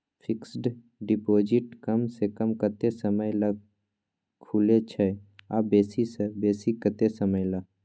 Fixed deposit कम स कम कत्ते समय ल खुले छै आ बेसी स बेसी केत्ते समय ल?